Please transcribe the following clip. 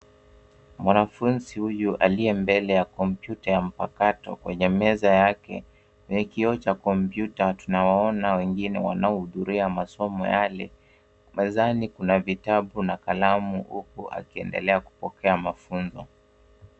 Mwanafunzi huyu aliye mbele ya komputa ya mpakato kwenye meza yake. Kwenye kioo cha komputa tunawaona wengine wanaohudhuria masomo yale. Mezani kuna vitabu na kalamu huku akiendelea kupokea mafunzo.